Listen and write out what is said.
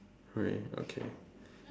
great okay